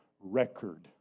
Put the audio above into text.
record